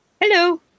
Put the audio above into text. Hello